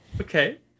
Okay